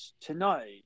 tonight